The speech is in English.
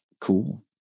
Cool